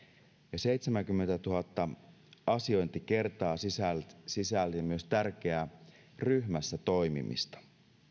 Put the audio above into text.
ja seitsemänkymmentätuhatta asiointikertaa sisälsi sisälsi myös tärkeää ryhmässä toimimista